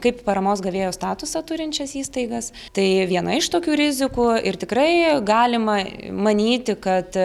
kaip paramos gavėjo statusą turinčias įstaigas tai viena iš tokių rizikų ir tikrai galima manyti kad